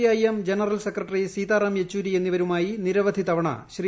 IM general secretary Sitaram Yechury എന്നിവരുമായി നിരവധി തവണ ശ്രീ